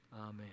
Amen